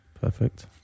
Perfect